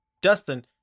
dustin